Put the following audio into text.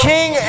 King